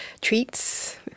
treats